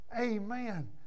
Amen